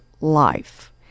life